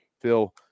Phil